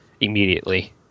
immediately